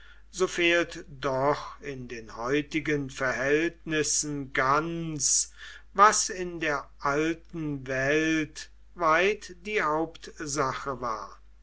so fehlt doch in den heutigen verhältnissen ganz was in der alten welt weit die hauptsache war